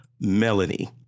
Melanie